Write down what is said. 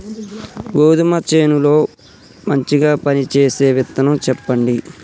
గోధుమ చేను లో మంచిగా పనిచేసే విత్తనం చెప్పండి?